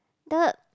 third